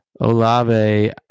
Olave